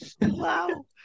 Wow